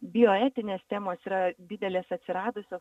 bioetinės temos yra didelės atsiradusios